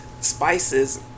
spices